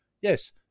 yes